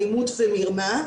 אלימות ומרמה.